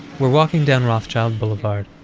we're walking down rothschild boulevard,